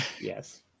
Yes